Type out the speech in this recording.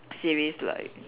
series like